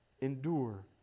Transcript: endure